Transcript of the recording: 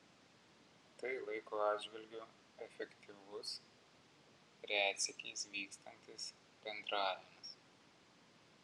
tai laiko atžvilgiu efektyvus retsykiais vykstantis bendravimas